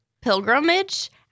pilgrimage